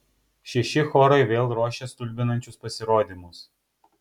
šeši chorai vėl ruošia stulbinančius pasirodymus